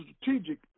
strategic